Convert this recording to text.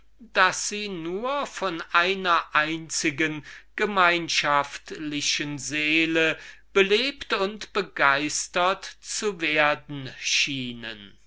daß sie nur von einer einzigen gemeinschaftlichen seele belebt und begeistert zu werden schienen